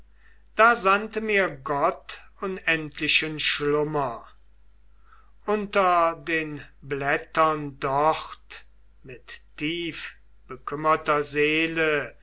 da sandte mir gott unendlichen schlummer unter den blättern dort mit tief bekümmerter seele